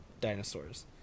dinosaurs